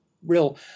real